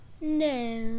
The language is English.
No